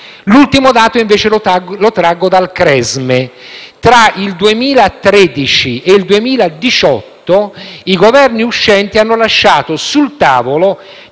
L’ultimo dato, invece, lo traggo dal CRESME: tra il 2013 e il 2018 i Governi uscenti hanno lasciato sul tavolo